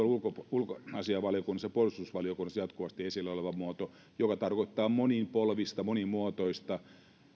ulkoasiainvaliokunnassa ja puolustusvaliokunnassa jatkuvasti esillä oleva muoto joka tarkoittaa monipolvista monimuotoista